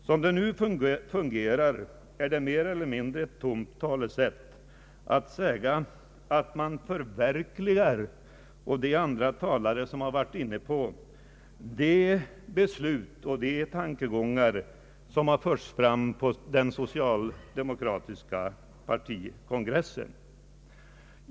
Som det nu fungerar, är det mer eller mindre ett tomt talesätt att säga att man förverkligar — andra talare har varit inne på detta — beslut och tankegångar från den socialdemokratiska partikongressen.